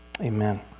Amen